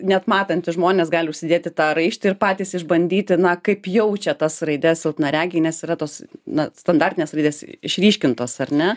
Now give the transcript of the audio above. net matantys žmonės gali užsidėti tą raištį ir patys išbandyti na kaip jaučia tas raides silpnaregiai nes yra tos na standartinės raidės išryškintos ar ne